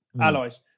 allies